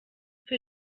für